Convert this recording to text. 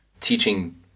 teaching